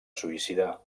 suïcidar